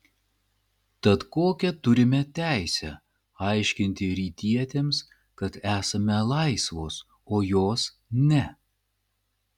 tad kokią turime teisę aiškinti rytietėms kad esame laisvos o jos ne